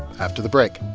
after the break